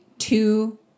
Two